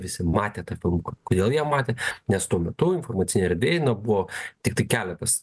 visi matėte tą filmuką kodėl jie matė nes tuo metu informacinė erdvėj buvo tiktai keletas